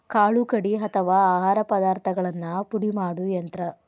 ಕಾಳು ಕಡಿ ಅಥವಾ ಆಹಾರ ಪದಾರ್ಥಗಳನ್ನ ಪುಡಿ ಮಾಡು ಯಂತ್ರ